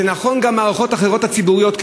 זה נכון גם במערכות ציבוריות אחרות,